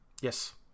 Yes